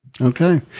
Okay